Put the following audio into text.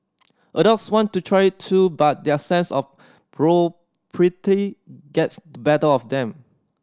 adults want to try it too but their sense of propriety gets the better of them